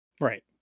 Right